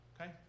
Okay